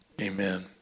Amen